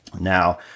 Now